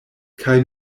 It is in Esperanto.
kaj